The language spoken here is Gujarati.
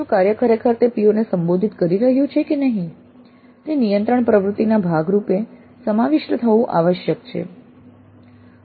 શું કાર્ય ખરેખર તે PO ને સંબોધિત કરી રહ્યું છે કે નહીં તે નિયંત્રણ પ્રવૃત્તિના ભાગ રૂપે સમાવિષ્ટ થવું આવશ્યક છે